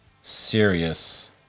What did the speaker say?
serious